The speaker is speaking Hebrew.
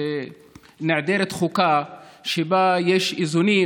שנעדרת חוקה שבה יש איזונים